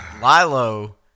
Lilo